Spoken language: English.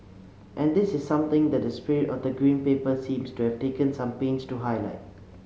and this is something that the spirit of the Green Paper seems to have taken some pains to highlight